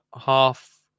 half